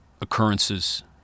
occurrences